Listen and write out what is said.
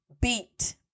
beat